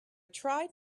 tried